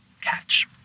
catch